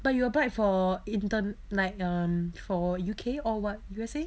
but you applied for intern~ like um for U_K or what U_S_A